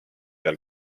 peal